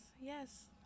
yes